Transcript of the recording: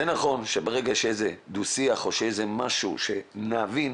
נכון שברגע שיהיה דו שיח או משהו שנבין,